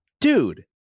Dude